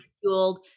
fueled